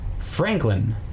Franklin